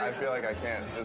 um feel like i can't.